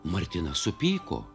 martina supyko